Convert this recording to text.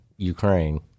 Ukraine